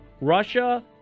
Russia